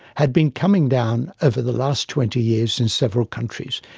had been coming down over the last twenty years in several countries.